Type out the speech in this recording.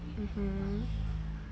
mmhmm